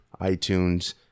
itunes